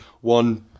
one